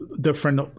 different